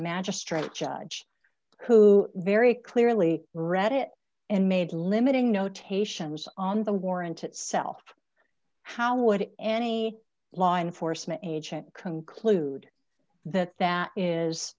magistrate judge who very clearly read it and made limiting notations on the warrant itself how would any law enforcement agent conclude that that is